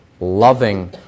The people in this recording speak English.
loving